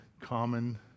common